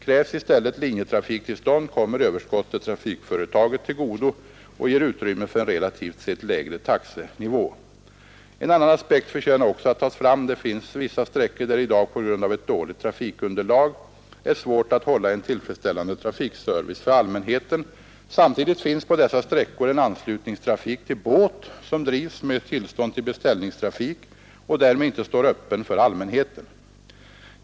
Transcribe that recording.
Krävs i stället linjetrafiktillstånd, kommer överskottet trafikföretaget till godo och ger utrymme för en relativt sett lägre taxenivå. En annan aspekt förtjänar också att tas fram. Det finns vissa sträckor där det i dag, på grund av ett dåligt trafikunderlag, är svårt att hålla en tillfredsställande trafikservice för allmänheten. Samtidigt finns på dessa sträckor en anslutningstrafik till båt, som drivs med tillstånd till beställningstrafik och därmed inte står öppen för allmänheten.